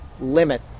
limit